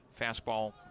fastball